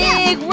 Big